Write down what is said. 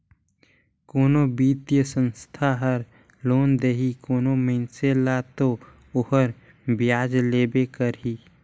कोनो बित्तीय संस्था हर लोन देही कोनो मइनसे ल ता ओहर बियाज लेबे करही